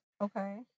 Okay